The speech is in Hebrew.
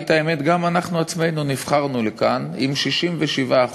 בריטניה מה באמת רוצים הפלסטינים היום ב-2014 ולא לפני 40 שנה ב-1974.